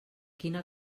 quina